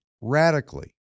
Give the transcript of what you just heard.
radically